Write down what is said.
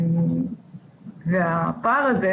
הפער הזה,